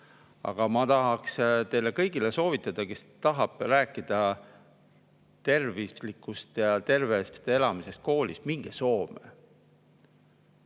Aga ma tahaksin teile kõigile soovitada: kes tahab rääkida tervislikust ja tervest elamisest koolis, minge Soome.